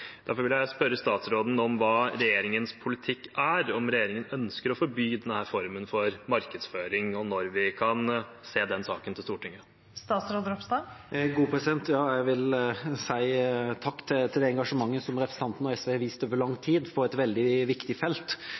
Derfor vil jeg spørre statsråden om hva regjeringens politikk er, om regjeringen ønsker å forby denne formen for markedsføring, og når vi kan få se den saken på Stortinget. Jeg vil si takk for engasjementet som representanten og SV har vist over lang tid på et veldig viktig felt.